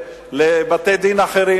לבתי-דין אחרים,